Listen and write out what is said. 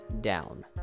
down